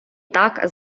так